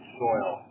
soil